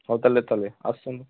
ହଉ ତାହେଲେ ତାହେଲେ ଆସନ୍ତୁ